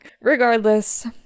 Regardless